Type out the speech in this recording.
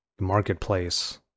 marketplace